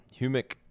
humic